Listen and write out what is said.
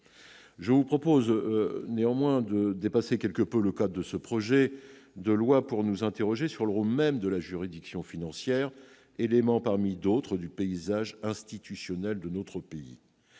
Je vous propose néanmoins de dépasser quelque peu le cadre de ce projet de loi pour nous interroger sur le rôle même des juridictions financières, élément parmi d'autres du paysage institutionnel de notre pays.